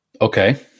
okay